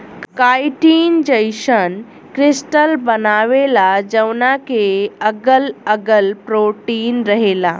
chitin जईसन crystal बनावेला जवना के अगल अगल प्रोटीन रहेला